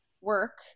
work